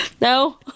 No